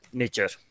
nature